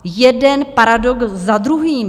Jeden paradox za druhým!